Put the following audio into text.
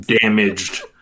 damaged